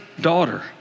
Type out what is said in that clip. daughter